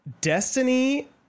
destiny